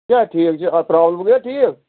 کیٛاہ ٹھیٖک چھِ پرٛابلَم گٔیا ٹھیٖک